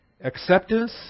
Acceptance